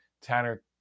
Tanner